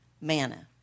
manna